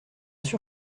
sûr